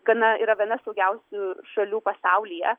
gana yra viena saugiausių šalių pasaulyje